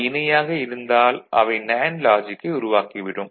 அவை இணையாக இருந்தால் அவை நேண்டு லாஜிக்கை உருவாக்கி விடும்